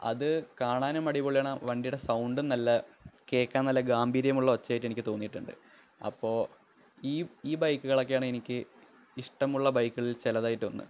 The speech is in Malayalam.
അത് കാണാനും അടിപൊളിയാണ് വണ്ടിയുടെ സൗണ്ടും നല്ല കേള്ക്കാന് നല്ല ഗാംഭീര്യമുള്ള ഒച്ചയായിട്ട് എനിക്ക് തോന്നിയിട്ടുണ്ട് അപ്പോള് ഈ ബൈക്കുകളൊക്കെയാണ് എനിക്ക് ഇഷ്ടമുള്ള ബൈക്കുകളില് ചിലതായിട്ട് ഒന്ന്